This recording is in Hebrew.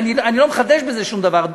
ואני לא מחדש בזה שום דבר.